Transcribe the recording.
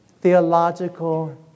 Theological